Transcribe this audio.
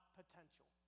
potential